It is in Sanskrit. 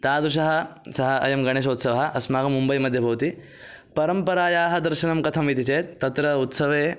तादृशः सः अयं गणेशोत्सवः अस्माकं मुम्बै मध्ये भवति परम्परायाः दर्शनं कथम् इति चेत् तत्र उत्सवे